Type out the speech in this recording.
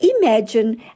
Imagine